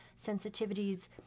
sensitivities